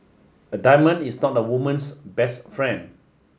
a diamond is not a woman's best friend